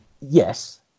Yes